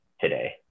today